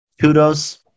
kudos